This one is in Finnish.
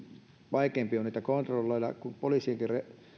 vaikeampi on niitä kontrolloida kun poliisinkin